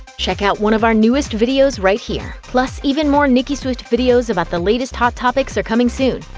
check out one of our newest videos right here! plus, even more nicki swift videos about the latest hot topics are coming soon.